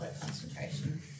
concentration